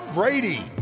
Brady